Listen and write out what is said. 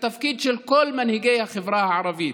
התפקיד של כל מנהיגי החברה הערבית.